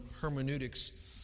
hermeneutics